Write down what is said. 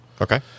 Okay